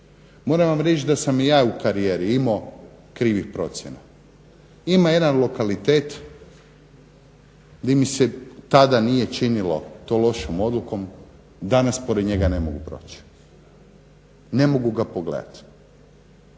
Moram vam reći da sam i ja u karijeri imao krivih procjena. Ima jedan lokalitet gdje mi se tada nije činilo to lošom odlukom, danas pored njega ne mogu proći, ne mogu ga pogledati.